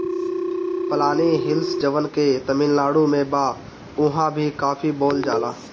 पलानी हिल्स जवन की तमिलनाडु में बा उहाँ भी काफी बोअल जाला